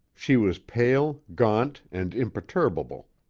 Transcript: she was pale, gaunt, and imperturbable.